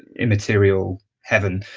immaterial heaven.